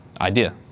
idea